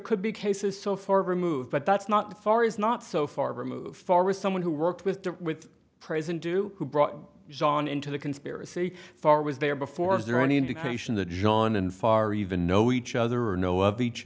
could be cases so far removed but that's not far is not so far removed for was someone who worked with the with prison do who brought john into the conspiracy for was there before is there any indication that john and far even know each other or know of each